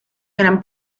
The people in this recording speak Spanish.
gran